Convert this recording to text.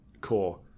core